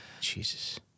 Jesus